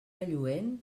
lluent